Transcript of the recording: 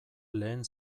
lehen